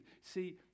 See